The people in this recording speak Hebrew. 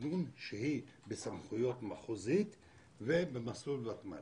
תכנון שהיא בסמכויות מחוזית ובמסלול ותמ"ל.